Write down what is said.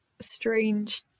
strange